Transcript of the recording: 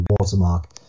watermark